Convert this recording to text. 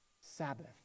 sabbath